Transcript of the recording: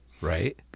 Right